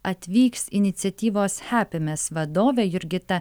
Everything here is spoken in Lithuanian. atvyks iniciatyvos hapimes vadovė jurgita